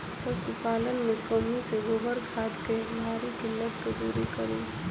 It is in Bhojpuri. पशुपालन मे कमी से गोबर खाद के भारी किल्लत के दुरी करी?